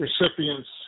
recipients